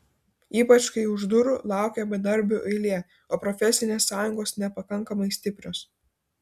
ypač kai už durų laukia bedarbių eilė o profesinės sąjungos nepakankamai stiprios